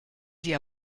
sie